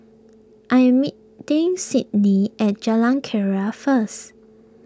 I am meeting Sidney at Jalan Keria first